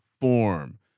form